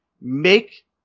Make